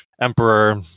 Emperor